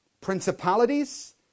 principalities